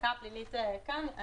המחלקה הפלילית כאן.